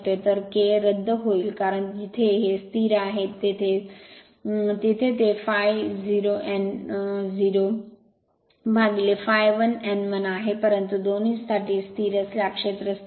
तर के रद्द होईल कारण जिथे हे स्थिर आहेत तेथे ते ∅0 n 0 upon ∅1 n 1 आहे परंतु दोन्हीसाठी स्थिर असल्यास क्षेत्र स्थिर आहे